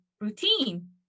routine